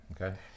okay